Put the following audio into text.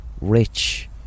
rich